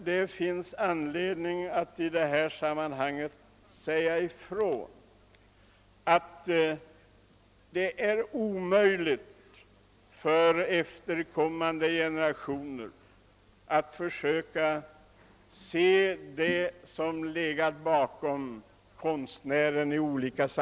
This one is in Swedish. Det finns anledning att här säga ifrån att det är omöjligt för efterkommande generationer att se vad som har legat bakom konstnärens arbete.